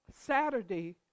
Saturday